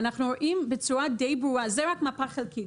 זאת רק מפה חלקית.